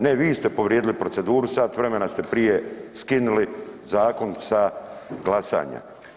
Ne, vi ste povrijedili proceduru, sat vremena ste prije skinuli zakon sa glasanja.